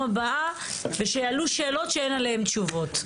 הבאה ושיעלו שאלות שאין עליהן תשובות.